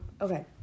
Okay